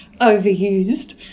overused